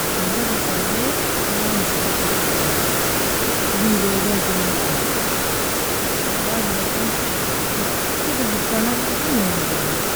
Molgatn faidai ken majn shgirty dokinami, gendigon dokinami, hawajba ken kiker doka nazima minjinami.